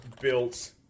built